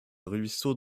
ruisseau